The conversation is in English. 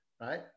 right